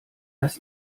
dass